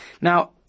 Now